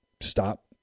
stop